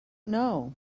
know